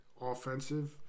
offensive